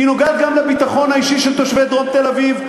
היא נוגעת גם לביטחון האישי של תושבי דרום תל-אביב,